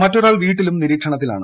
മറ്റൊരാൾ വീട്ടിലും നിരീക്ഷണത്തിലാണ്